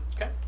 Okay